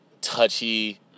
touchy